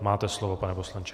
Máte slovo, pane poslanče.